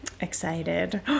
excited